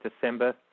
December